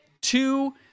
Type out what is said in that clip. two